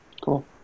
Cool